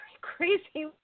crazy